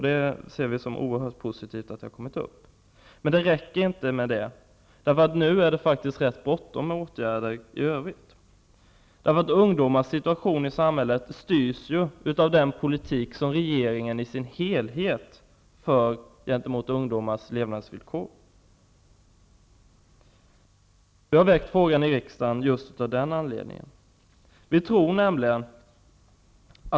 Detta ser jag som oerhört positivt. Men det räcker inte med detta. Nu är det nämligen ganska bråttom när det gäller att vidta åtgärder i övrigt. Ungdomars situation i samhället styrs ju av den politik som regeringen i dess helhet för beträffande ungdomars levnadsvillkor. Jag har framställt denna interpellation i riksdagen just av den anledningen.